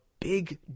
big